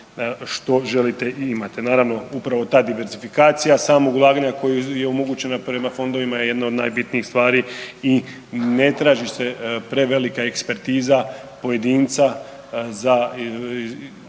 što želite i imate. Naravno upravo ta diversifikacija samog ulaganja koja je omogućena prema fondovima je jedna od najbitnijih stvari i ne traži se prevelika ekspertiza pojedinca za